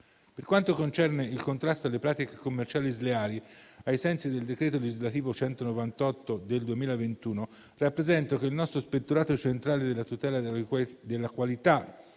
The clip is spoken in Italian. Per quanto concerne il contrasto alle pratiche commerciali sleali, ai sensi del decreto legislativo n. 198 del 2021, rappresento che il nostro Ispettorato centrale della tutela della qualità